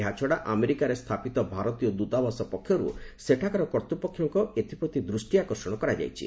ଏହାଛଡ଼ା ଆମେରିକାରେ ସ୍ଥାପିତ ଭାରତୀୟ ଦୂତାବାସ ପକ୍ଷରୁ ସେଠାକାର କର୍ତ୍ତ୍ୱପକ୍ଷଙ୍କ ଏଥ୍ଟପ୍ରତି ଦୃଷ୍ଟି ଆକର୍ଷଣ କରାଯାଇଛି